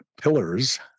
pillars